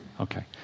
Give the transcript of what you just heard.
Okay